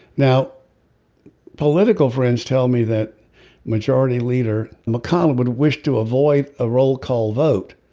now political friends tell me that majority leader mcconnell would wish to avoid a roll call vote.